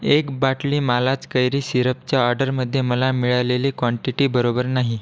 एक बाटली मालाच कैरी सिरपच्या ऑर्डरमध्ये मला मिळालेली क्वांटिटी बरोबर नाही